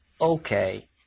okay